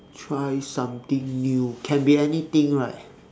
try something new can be anything right